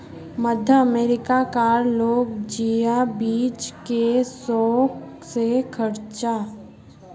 मध्य अमेरिका कार लोग जिया बीज के शौक से खार्चे